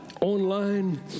online